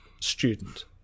student